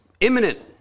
imminent